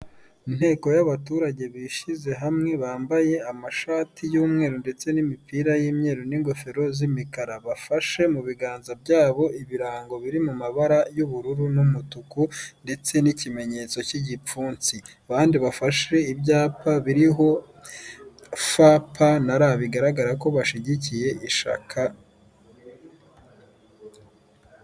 Inteko y'abaturage bishyize hamwe bambaye amashati y'umweru ndetse n'imipira y'imyeru n'ingofero z'imikara bafashe mu biganza byabo ibirango biri mu mabara y'ubururu n'umutuku ndetse n'ikimenyetso cy'igipfunsi abandi bafashe ibyapa biriho FPR bigaragara ko bashigikiye iri shyaka.